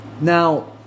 Now